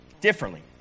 differently